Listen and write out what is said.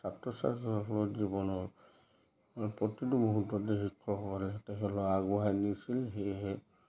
ছাত্ৰ ছাত্ৰীসকলৰ জীৱনৰ প্ৰতিটো মুহূৰ্ততে শিক্ষকসকলে তেখেতলোকক আগবঢ়াই নিছিল সেয়েহে